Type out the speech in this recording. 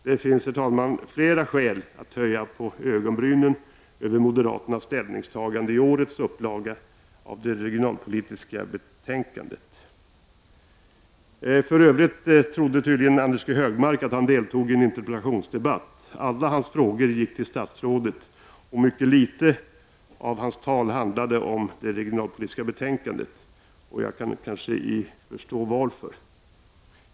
Det finns, herr talman, flera skäl att höja på ögonbrynen över moderaternas ställningstagande i årets upplaga av det regionalpolitiska betänkandet. För övrigt trodde tydligen Anders G Högmark att han deltog i en interpellationsdebatt. Alla hans frågor gick till statsrådet. Mycket litet av hans tal handlade om det regionalpolitiska betänkandet, och jag kan nog förstå varför.